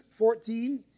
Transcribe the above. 14